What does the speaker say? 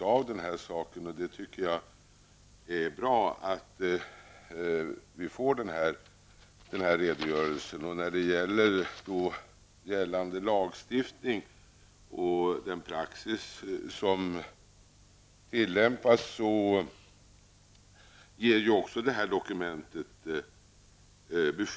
av denna sak. Jag tycker att det är bra att vi får denna redogörelse. Dokumentet ger också besked om gällande lagstiftning och den praxis som tillämpas.